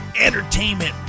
entertainment